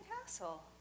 castle